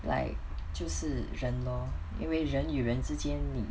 like 就是人 lor 因为人与人之间你